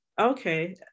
okay